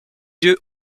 yeux